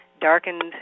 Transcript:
darkened